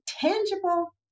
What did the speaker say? tangible